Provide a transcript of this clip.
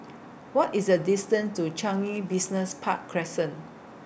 What IS The distance to Business Park Crescent